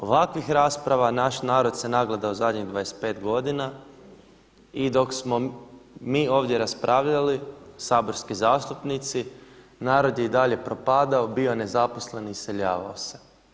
Ovakvih rasprava naš narod se nagledao zadnjih 25 godina i dok smo mi ovdje raspravljali saborski zastupnici narod je i dalje propadao, bio nezaposlen i iseljavao se.